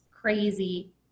crazy